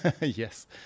Yes